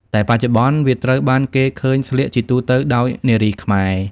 តែបច្ចុប្បន្ន វាត្រូវបានគេឃើញស្លៀកជាទូទៅដោយនារីខ្មែរ។